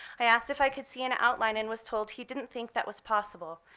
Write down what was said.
i asked if i could see an outline and was told he didn't think that was possible.